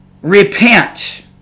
repent